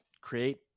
create